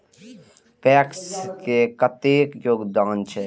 PACS के कतेक योगदान छै?